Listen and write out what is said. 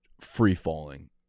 free-falling